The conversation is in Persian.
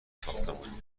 ساختمانی